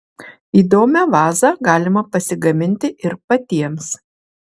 įdomią vazą galima pasigaminti ir patiems